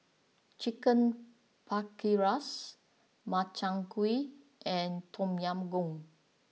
Chicken Paprikas Makchang Gui and Tom Yam Goong